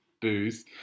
booze